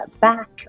back